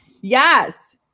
yes